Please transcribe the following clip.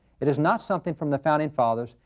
it is not something from the founding fathers,